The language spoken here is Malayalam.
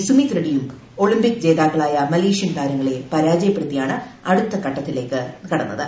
സുമീത് റെഡ്ഡിയും ഒളിമ്പിക് ജേതാക്കളായ മലേഷ്യൻ താരങ്ങളെ പരാജയപ്പെടുത്തിയാണ് അടുത്ത ഘട്ടത്തിലേക്കു കടന്നത്